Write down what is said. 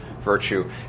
virtue